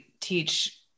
teach